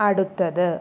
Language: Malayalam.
അടുത്തത്